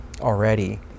already